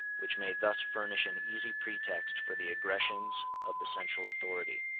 which may thus furnish an easy pretext for the aggressions of the central authority.